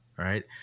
Right